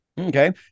Okay